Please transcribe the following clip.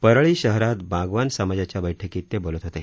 परळी शहरात बागवान समाजाच्या बैठकीत ते बोलत होते